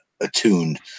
attuned